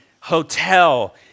hotel